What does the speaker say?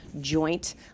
joint